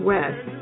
West